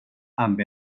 amb